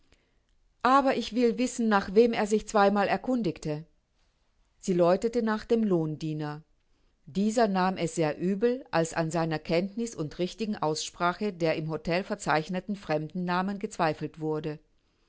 aber ich will wissen nach wem er sich zweimal erkundigte sie läutete nach dem lohndiener dieser nahm es sehr übel als an seiner kenntniß und richtigen aussprache der im htel verzeichneten fremden namen gezweifelt wurde